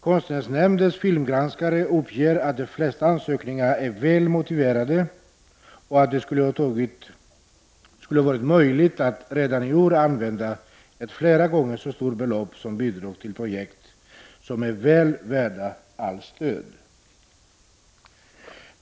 Konstnärsnämndens filmgranskare uppger att de flesta ansökningar är väl motiverade och att det skulle ha varit möjligt att redan i år ta i anspråk ett flera gånger så stort belopp som bidrag till projekt som är väl värda allt stöd.